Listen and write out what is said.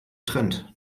trend